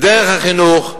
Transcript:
בדרך החינוך,